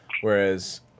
whereas